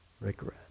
regret